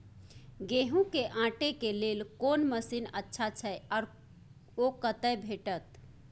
गेहूं के काटे के लेल कोन मसीन अच्छा छै आर ओ कतय भेटत?